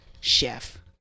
chef